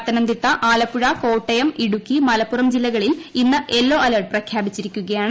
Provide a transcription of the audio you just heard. പത്തനംതിട്ട ആലപ്പുഴ കോട്ടയം ഇടുക്കി മലപ്പുറം ജില്ലകളിൽ ഇന്ന് yellow alert പ്രഖ്യാപിച്ചിരിക്കുകയാണ്